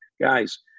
guys